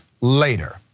later